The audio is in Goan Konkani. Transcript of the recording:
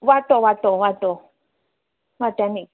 वांटो वांटो वांटो वांटो मी